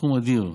סכום אדיר,